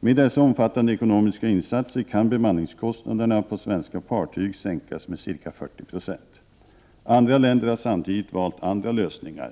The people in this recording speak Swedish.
Med dessa omfattande ekonomiska insatser kan bemanningskostnaderna på svenska fartyg sänkas med ca 40 20. Andra länder har samtidigt valt andra lösningar.